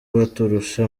baturusha